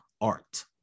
art